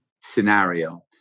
scenario